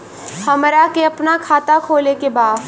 हमरा के अपना खाता खोले के बा?